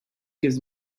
gives